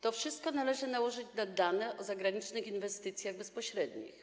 To wszystko należy nałożyć na dane o zagranicznych inwestycjach bezpośrednich.